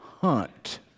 hunt